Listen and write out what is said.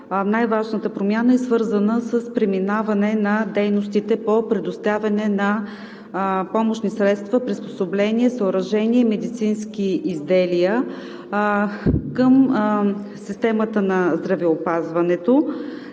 най-важната промяна е свързана с преминаване на дейностите по предоставяне на помощни средства, приспособления, съоръжения и медицински изделия към системата на здравеопазването.